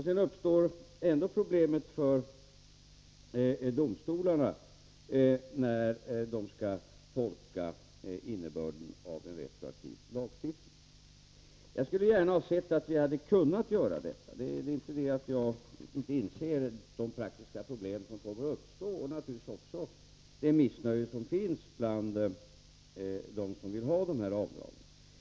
Sedan uppstår ändå problemen för domstolarna när de skall tolka innebörden av en retroaktiv lagstiftning. Jag skulle gärna sett att vi hade kunnat göra detta. Det är inte det att jag inte inser de praktiska problem som kommer att uppstå och naturligtvis också det missnöje som finns bland dem som vill ha avdragen.